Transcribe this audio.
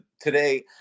today